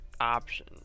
option